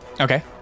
Okay